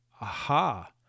Aha